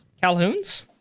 Calhoun's